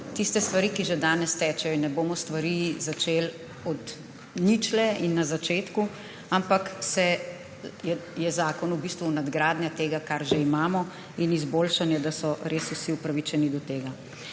tiste stvari, ki že danes tečejo. Zato ne bomo stvari začeli od ničle in na začetku, ampak je zakon v bistvu nadgradnja tega, kar že imamo, in izboljšanje, da so res vsi upravičeni do tega.